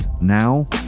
now